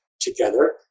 together